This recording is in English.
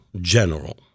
general